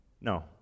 No